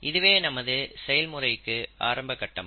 இதுவே நமது செயல்முறைக்கு ஆரம்ப கட்டம்